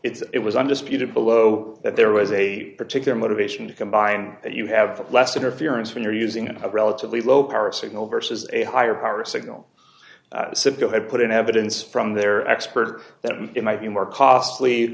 handed it was undisputed below that there was a particular motivation to combine that you have less interference when you're using a relatively low power signal versus a higher power signal scipio had put in evidence from their expert that it might be more costly